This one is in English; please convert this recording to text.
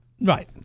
Right